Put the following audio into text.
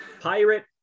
Pirate